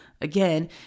Again